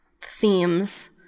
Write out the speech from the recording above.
themes